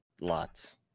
lots